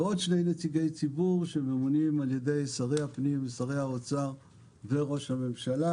ועוד שני נציגי ציבור שממונים על ידי שרי הפנים ושרי האוצר וראש הממשלה